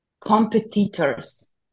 competitors